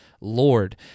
Lord